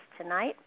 tonight